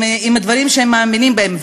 עם הדברים שהם מאמינים בהם,